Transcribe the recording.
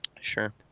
Sure